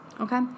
Okay